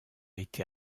été